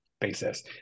basis